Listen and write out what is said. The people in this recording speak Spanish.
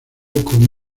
con